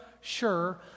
sure